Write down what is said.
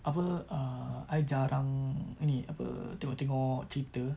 apa err I jarang ini apa tengok tengok cerita